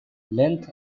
length